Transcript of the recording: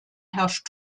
herrscht